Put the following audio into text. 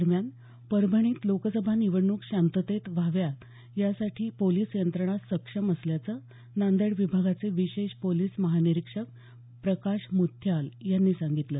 दरम्यान परभणीत लोकसभा निवडणूक शांततेत व्हाव्यात यासाठी पोलिस यंत्रणा सक्षम असल्याचं नांदेड विभागाचे विशेष पोलीस महानिरिक्षक प्रकाश मुथ्याल यांनी सांगितलं